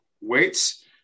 weights